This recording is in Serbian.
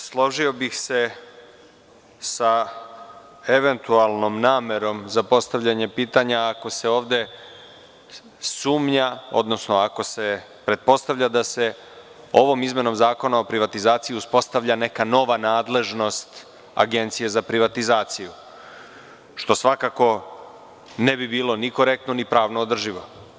Složio bih se sa eventualnom namerom za postavljanje pitanja ako se ovde sumnja, odnosno ako se pretpostavlja da se ovom izmenom Zakona o privatizaciji uspostavlja neka nova nadležnost Agencije za privatizaciju, što svakako ne bi bilo ni korektno ni pravno održivo.